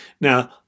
Now